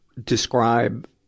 Describe